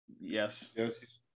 Yes